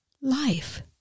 life